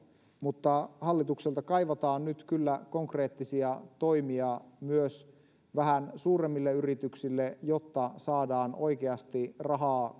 mutta hallitukselta kaivataan nyt kyllä konkreettisia toimia myös vähän suuremmille yrityksille jotta saadaan oikeasti rahaa